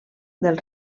del